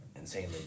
insanely